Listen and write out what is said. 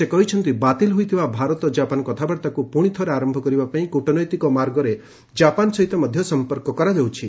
ସେ କହିଛନ୍ତି ବାତିଲ ହୋଇଥିବା ଭାରତ ଜାପାନ କଥାବାର୍ତ୍ତାକୁ ପୁଣିଥରେ ଆରମ୍ଭ କରିବା ପାଇଁ କ୍ରଟନୈତିକ ମାର୍ଗରେ କାପାନ ସହିତ ମଧ୍ୟ ସମ୍ପର୍କ କରାଯାଉଛି